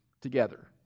together